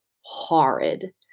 horrid